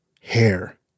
hair